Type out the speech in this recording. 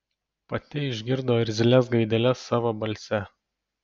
pati išgirdo irzlias gaideles savo balse